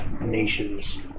nations